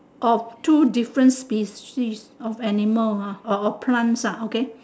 of two different species of animal ah or plants ah okay